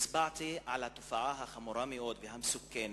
והצבעתי על התופעה החמורה מאוד והמסוכנת,